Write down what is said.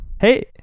Hey